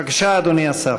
בבקשה, אדוני השר.